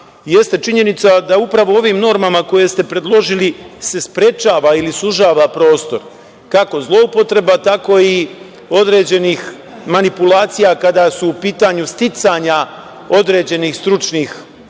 jeste činjenica da upravo ovim činjenicama koje ste predložili se sprečava ili sužava prostor, kako zloupotreba, tako i određenih manipulacija kada su u pitanju sticanja određenih stručnih